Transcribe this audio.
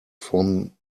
from